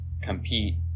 compete